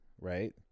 right